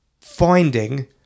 finding